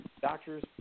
Doctors